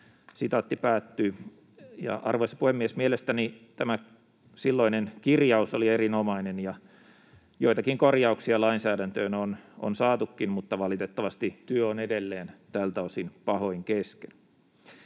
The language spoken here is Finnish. rangaistustasoa.” Arvoisa puhemies! Mielestäni tämä silloinen kirjaus oli erinomainen, ja joitakin korjauksia lainsäädäntöön on saatukin, mutta valitettavasti työ on edelleen tältä osin pahoin kesken.